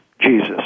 Jesus